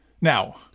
Now